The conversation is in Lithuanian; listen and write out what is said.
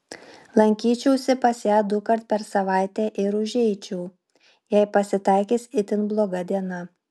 lankyčiausi pas ją dukart per savaitę ir užeičiau jei pasitaikys itin bloga diena